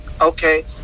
okay